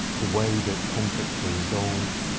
the way that conflicts are resolved